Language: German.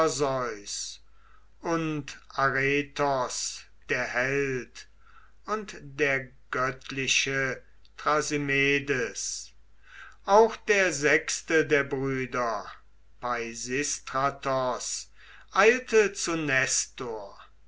und aretos der held und der göttliche thrasymedes auch der sechste der brüder peisistratos eilte zu